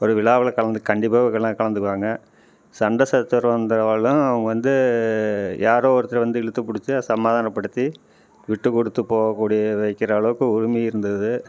ஒரு விழாவில் கலந்து கண்டிப்பாக எல்லாம் கலந்துப்பாங்க சண்ட சச்சரவு இருந்தாலும் அவங்க வந்து யாரோ ஒருத்தர் வந்து இழுத்து பிடிச்சு சமாதானம் படுத்தி விட்டுக்குடுத்து போகக்கூடியே வைக்கிற அளவுக்கு உரிமை இருந்தது